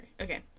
okay